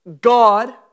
God